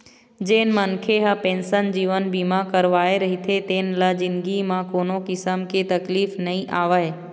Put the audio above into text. जेन मनखे ह पेंसन जीवन बीमा करवाए रहिथे तेन ल जिनगी म कोनो किसम के तकलीफ नइ आवय